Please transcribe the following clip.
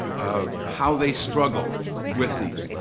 ah how they struggle with these.